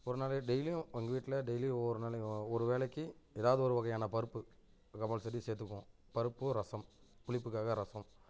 ஒரு நாள் டெய்லியும் எங்கள் வீட்டில் டெய்லியும் ஒவ்வொரு நாளைக்கும் ஒரு வேளைக்கு ஏதாவது ஒரு வகையான பருப்பு கம்பல்சரி சேர்த்துப்போம் பருப்பு ரசம் புளிப்புக்காக ரசம்